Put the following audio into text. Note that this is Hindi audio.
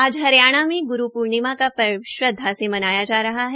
आज हरियाणा में ग्रू पूर्णिमा की पर्व श्रद्वा से मनाया जा रहा है